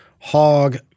hog